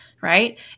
right